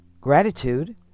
gratitude